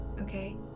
okay